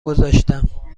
گذاشتم